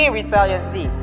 Resiliency